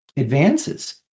advances